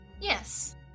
Yes